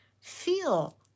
feel